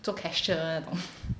做 cashier 那种